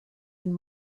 and